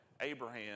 Abraham